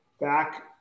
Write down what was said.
back –